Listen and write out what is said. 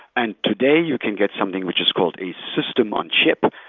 and today, you can get something which is called a system on chip.